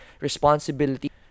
responsibility